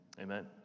Amen